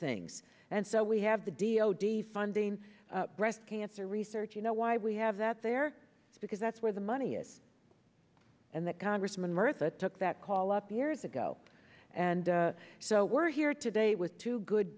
things and so we have the dio defunding breast cancer research you know why we have that there because that's where the money is and that congressman murtha took that call up years ago and so we're here today with two good